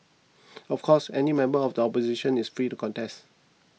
of course any member of the opposition is free to contest